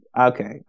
okay